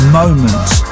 moments